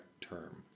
term